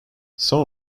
some